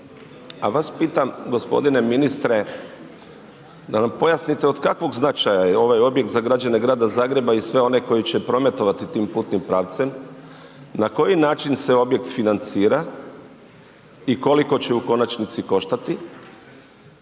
a vas pitam gospodine ministre, da nam pojasnite, od kakvog značaja je ovaj objekt za građane Grada Zagreba i sve one koji će prometovati tim putnim pravcem. Na koji način se objekt financira i koliko će u konačnici koštati